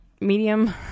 medium